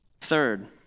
Third